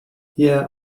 yeah